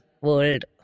world